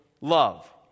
love